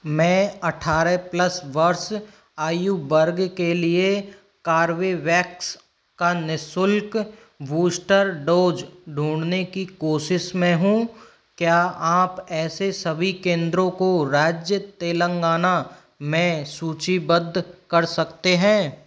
मैं अठारह प्लस वर्ष आयु वर्ग के लिए कॉर्वेवैक्स का निशुल्क बूस्टर डोज ढूँढने की कोशिश में हूँ क्या आप ऐसे सभी केंद्रों को राज्य तेलंगाना में सूचीबद्ध कर सकते हैं